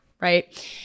right